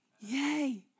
Yay